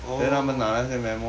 oh